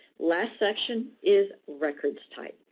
last section is records type.